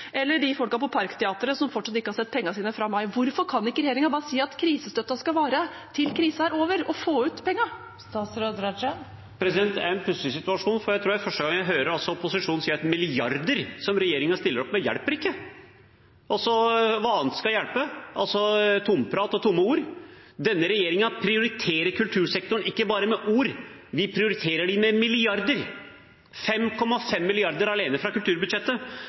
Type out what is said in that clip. eller folk på Parkteatret som fortsatt ikke har sett pengene sine fra mai. Hvorfor kan ikke regjeringen bare si at krisestøtten skal vare til krisen er over, og få ut pengene? Det er en pussig situasjon, for jeg tror det er første gang jeg hører opposisjonen si at milliarder som regjeringen stiller opp med, ikke hjelper. Hva annet skal hjelpe? Tomprat og tomme ord? Denne regjeringen prioriterer kultursektoren ikke bare med ord, vi prioriterer den med milliarder – 5,5 mrd. kr alene fra kulturbudsjettet.